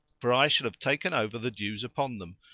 for i shall have taken over the dues upon them,